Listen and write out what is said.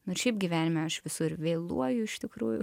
nors šiaip gyvenime aš visur vėluoju iš tikrųjų